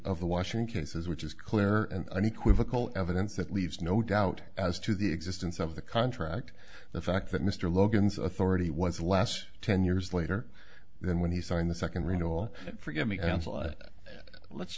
the washing cases which is clear and unequivocal evidence that leaves no doubt as to the existence of the contract the fact that mr logan's authority was last ten years later than when he signed the second renewal